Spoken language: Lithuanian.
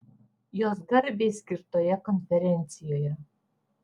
jos garbei skirtoje konferencijoje